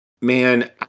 man